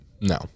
no